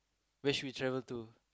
where should we travel to